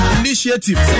initiative